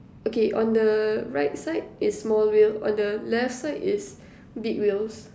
okay on the right side is small wheel on the left side is big wheels